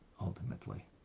ultimately